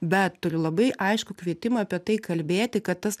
bet turiu labai aiškų kvietimą apie tai kalbėti kad tas